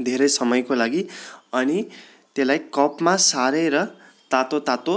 धेरै समयको लागि अनि त्यसलाई कपमा सारेर तातो तातो